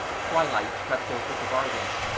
twilight crept over the gardens,